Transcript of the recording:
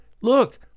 look